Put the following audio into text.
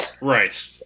right